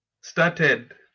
started